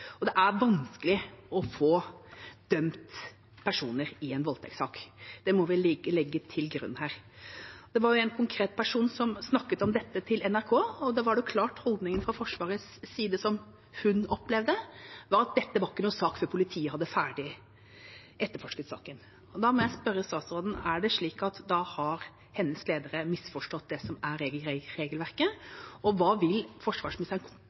og det er vanskelig å få dømt personer i en voldtektssak. Det må vi legge til grunn her. Det var en konkret person som snakket om dette til NRK. Da var holdningen fra Forsvarets side, slik hun opplevde det, at dette ikke var noen sak før politiet hadde ferdigetterforsket saken. Da må jeg spørre statsråden: Er det slik at da har hennes ledere misforstått det som er regelverket? Og hva vil forsvarsministeren